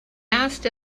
asked